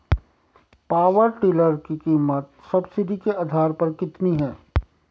Power tiller की कीमत subsidy के आधार पर कितनी है?